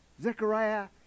Zechariah